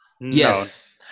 yes